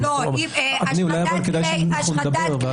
זירת העבירה, יש לנו אפשרות לזה.